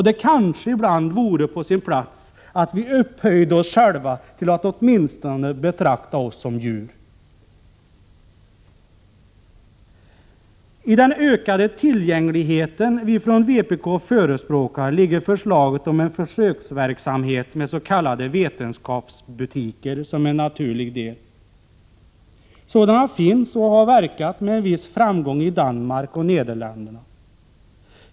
Det kanske ibland vore på sin plats att vi upphöjde oss själva till att åtminstone betrakta oss som djur. I den ökade tillgänglighet vi från vpk förespråkar ligger förslaget om en försöksverksamhet med s.k. vetenskapsbutiker som en naturlig del. Sådana finns och har verkat med en viss framgång i Danmark och Nederländerna.